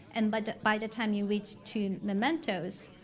and but by the time you reach to mementos,